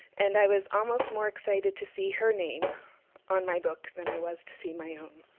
and i was almost more excited to see her name on my book than i was to see my own.